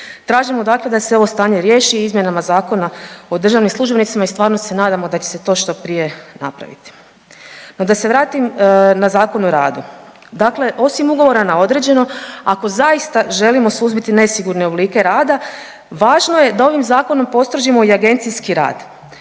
Tražimo dakle da se ovo stanje riješi izmjenama Zakona o državnim službenicima i stvarno se nadamo da će se to što prije napraviti. No, da se vratim na ZOR. Dakle osim ugovora na određeno, ako zaista želimo suzbiti nesigurne oblike rada, važno je da ovim Zakonom postrožimo i agencijski rad.